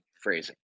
phrasing